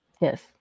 Yes